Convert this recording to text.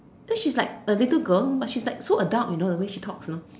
so she is like a little girl but she is so adult you know the way she talk you know